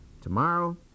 Tomorrow